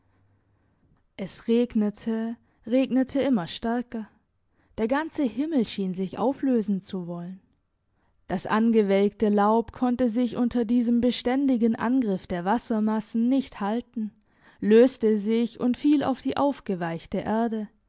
es regnete regnete immer stärker der ganze himmel schien sich auflösen zu wollen das angewelkte laub konnte sich unter diesem beständigen angriff der wassermassen nicht halten löste sich und fiel auf die aufgeweichte erde